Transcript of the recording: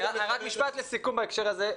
רק משפט לסיכום בהקשר הזה.